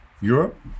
Europe